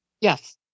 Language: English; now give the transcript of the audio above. Yes